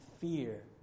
fear